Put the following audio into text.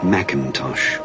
Macintosh